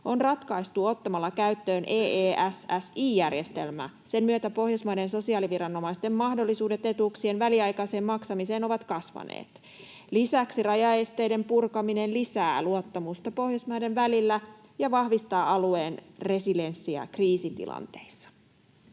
on ratkaistu ottamalla käyttöön EESSI-järjestelmä. Sen myötä Pohjoismaiden sosiaaliviranomaisten mahdollisuudet etuuksien väliaikaiseen maksamiseen ovat kasvaneet. Lisäksi rajaesteiden purkaminen lisää luottamusta Pohjoismaiden välillä ja vahvistaa alueen resilienssiä kriisitilanteissa.